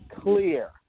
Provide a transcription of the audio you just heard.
clear